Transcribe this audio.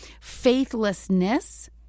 Faithlessness